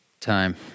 time